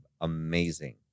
amazing